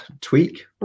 tweak